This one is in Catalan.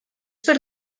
per